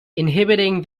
inhibiting